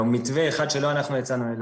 או מתווה אחד שלא אנחנו הצענו,